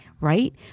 right